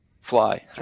fly